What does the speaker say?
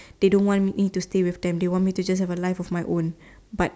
they don't want me to stay with them they want me to just have a life of my own but